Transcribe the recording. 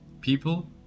people